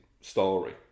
story